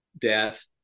death